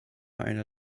einer